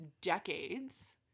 decades